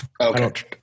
Okay